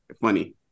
funny